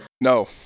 No